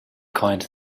coined